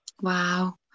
wow